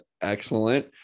excellent